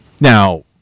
Now